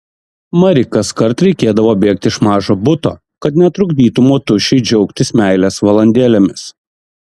mari kaskart reikėdavo bėgti iš mažo buto kad netrukdytų motušei džiaugtis meilės valandėlėmis